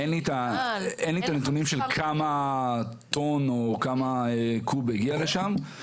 אין לי את הנתונים של כמה טון או כמה קוב הגיע לשם.